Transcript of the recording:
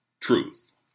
Truth